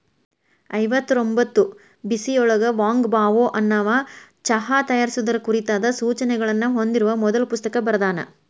ಐವತ್ತರೊಂಭತ್ತು ಬಿಸಿಯೊಳಗ Wang Bao ಅನ್ನವಾ ಚಹಾ ತಯಾರಿಸುವುದರ ಕುರಿತಾದ ಸೂಚನೆಗಳನ್ನ ಹೊಂದಿರುವ ಮೊದಲ ಪುಸ್ತಕ ಬರ್ದಾನ